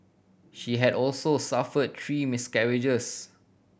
she had also suffered three miscarriages